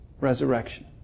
resurrection